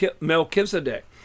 Melchizedek